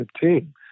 team